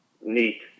neat